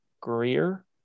Greer